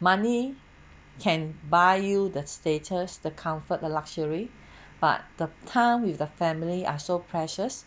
money can buy you the status the comfort the luxury but the time with the family are so precious